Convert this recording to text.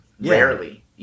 rarely